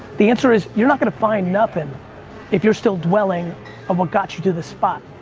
the answer is you're not going to find nothing if you're still dwelling on what got you to this spot.